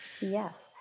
Yes